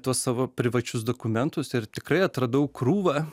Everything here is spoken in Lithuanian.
tuos savo privačius dokumentus ir tikrai atradau krūvą